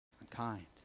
unkind